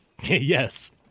Yes